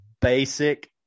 basic